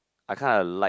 I kind of like